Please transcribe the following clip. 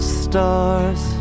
stars